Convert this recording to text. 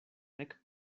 nek